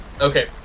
Okay